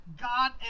God